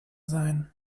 sein